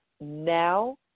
now